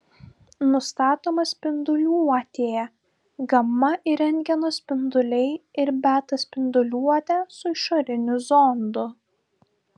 nustatoma spinduliuotė gama ir rentgeno spinduliai ir beta spinduliuotė su išoriniu zondu